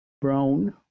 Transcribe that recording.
Brown